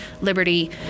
Liberty